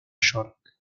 york